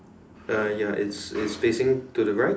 uh ya it's it's facing to the right